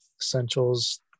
essentials